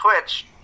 Twitch